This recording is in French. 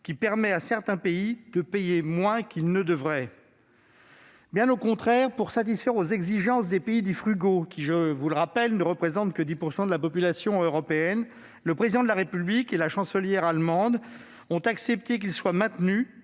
permettent à certains pays de payer moins qu'ils ne devraient. Bien au contraire, pour satisfaire aux exigences des pays dits frugaux, qui- je le rappelle -ne représentent que 10 % de la population européenne, le Président de la République et la chancelière allemande ont accepté que ces rabais soient maintenus